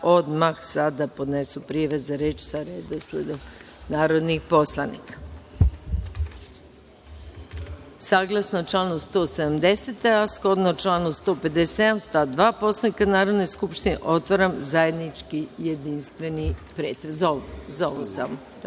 odmah sada podnesu prijave za reč sa redosledom narodnih poslanika. Saglasno članu 170, a shodno članu 157. stav 2. Poslovnika Narodne skupštine otvaram zajednički jedinstveni pretres o Predlogu